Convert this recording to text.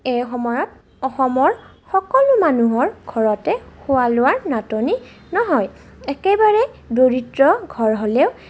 এই সময়ত অসমৰ সকলো মানুহৰ ঘৰতে খোৱা লোৱাৰ নাটনি নহয় একেবাৰে দৰিদ্ৰ ঘৰ হ'লেও